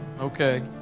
Okay